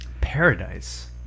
Paradise